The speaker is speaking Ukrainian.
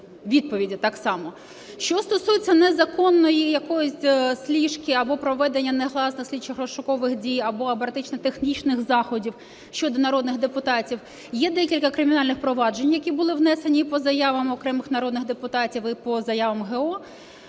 відповіді так само. Що стосується незаконної якоїсь сліжки або проведення негласних слідчих розшукових дій, або оперативно-технічних заходів щодо народних депутатів. Є декілька кримінальних проваджень, які були внесені по заявам окремих народних депутатів і по заявам ГО.